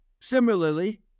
Similarly